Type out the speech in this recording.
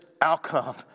outcome